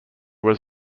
was